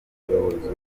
umuyobozi